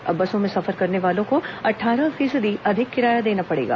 अब बसों में सफर करने वालों को अट्ठारह फीसदी अधिक किराया देना पड़ेगा